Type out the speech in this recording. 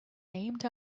named